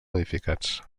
modificats